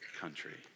country